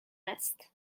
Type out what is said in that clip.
است